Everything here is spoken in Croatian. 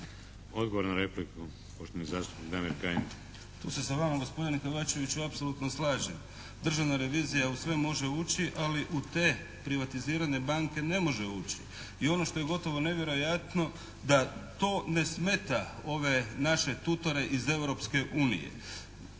Odgovor na repliku, poštovani zastupnik Damir Kajin. **Kajin, Damir (IDS)** Tu se sa vama gospodine Kovačeviću apsolutno slažem. Državna revizija u sve može ući ali u te privatizirane banke ne može ući. I ono što je gotovo nevjerojatno da to ne smeta ove naše tutore iz